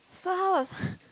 so how was